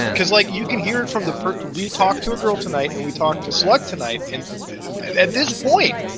and because, like, you can hear it from the per we talked to a girl tonight and we talked to slug tonight and, at this point,